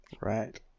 Right